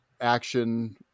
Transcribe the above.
action